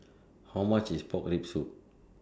How much IS Pork Rib Soup